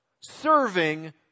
serving